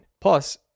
Plus